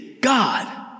God